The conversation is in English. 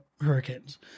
Hurricanes